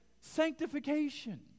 sanctification